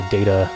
Data